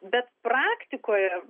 bet praktikoje